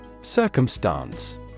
Circumstance